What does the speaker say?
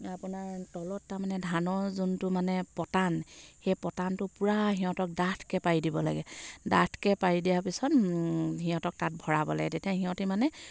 আপোনাৰ তলত তাৰমানে ধানৰ যোনটো মানে পটান সেই পটানটো পূৰা সিহঁতক ডাঠকৈ পাৰি দিব লাগে ডাঠকৈ পাৰি দিয়াৰ পিছত সিহঁতক তাত ভৰাব লাগে তেতিয়া সিহঁতি মানে